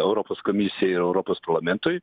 europos komisijai europos parlamentui